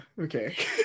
okay